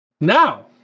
Now